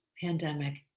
pandemic